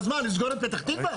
אז נסגור את פתח תקווה?